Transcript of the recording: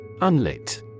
Unlit